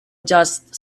just